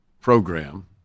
program